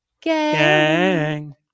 Gang